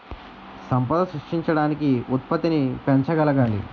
సంపద సృష్టించడానికి ఉత్పత్తిని పెంచగలగాలి